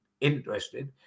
interested